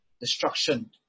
Destruction